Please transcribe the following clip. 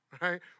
right